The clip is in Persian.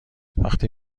وقتی